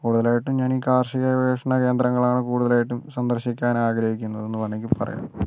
കൂടുതലായിട്ടും ഞാനീ കാർഷിക ഗവേഷണ കേന്ദ്രങ്ങളാണ് കൂടുതലായിട്ടും സന്ദർശിക്കാൻ ആഗ്രഹിക്കുന്നത് എന്ന് വേണമെങ്കിൽ പറയാം